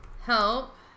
help